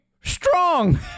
strong